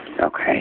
Okay